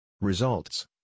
Results